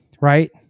right